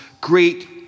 great